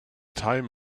time